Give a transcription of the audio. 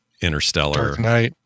Interstellar